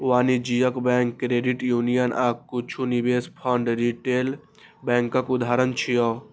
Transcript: वाणिज्यिक bank, credit union आ किछु निवेश फंड रिटेल बैंकक उदाहरण छियै